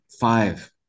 five